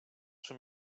czy